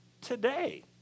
today